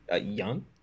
young